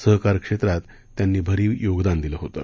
सहकार क्षेत्रात त्यांनी भरीव योगदान दिलं होतं